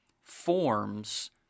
forms